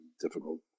difficult